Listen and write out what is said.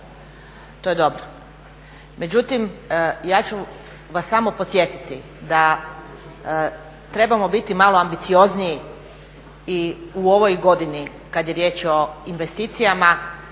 to je dobro.